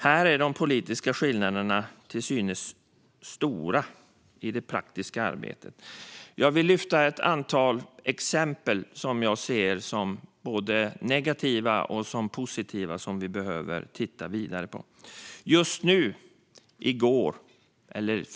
Här är de politiska skillnaderna till synes stora i det praktiska arbetet. Jag vill lyfta fram ett antal både negativa och positiva exempel som jag anser att vi behöver titta vidare på.